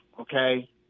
okay